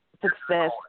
success